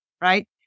right